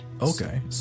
Okay